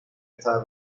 está